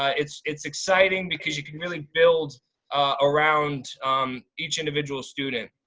ah it's it's exciting because you can really build around each individual student.